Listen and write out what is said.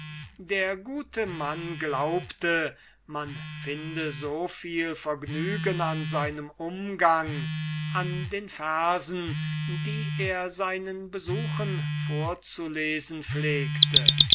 der gute mann glaubte man finde so viel vergnügen an seinem umgang und an den versen die er seinen besuchen vorzulesen pflegte